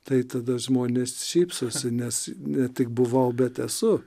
tai tada žmonės šypsosi nes ne tik buvau bet esu